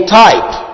type